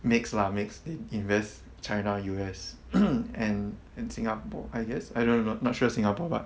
mix lah mix they invest china U_S and and singapore I guess I don't know not sure singapore but